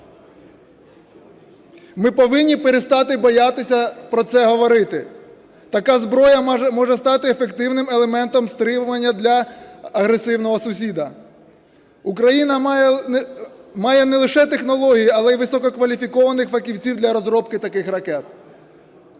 Ми повинні перестати боятися про це говорити. Така зброя може стати ефективним елементом стримування для агресивного сусіда. Україна має не лише технології, але і висококваліфікованих фахівців для розробки таких ракет.